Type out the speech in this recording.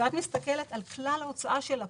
את מסתכלת על כלל ההוצאה של לפ"מ.